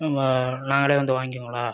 நம்ப நாங்களே வந்து வாங்கிக்கணுங்களா